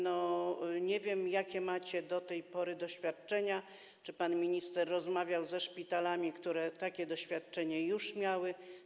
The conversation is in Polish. Nie wiem, jakie macie do tej pory doświadczenia i czy pan minister rozmawiał ze szpitalami, które takie doświadczenia już miały.